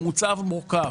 הוא מוצר מורכב.